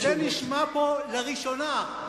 לעומת שתי מדינות לשני עמים שזה נשמע פה לראשונה,